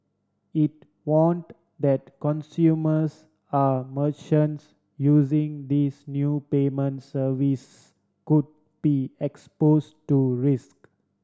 it warned that consumers are merchants using these new payment services could be expose to risk